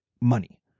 money